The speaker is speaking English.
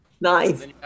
Nice